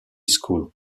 school